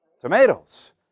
Tomatoes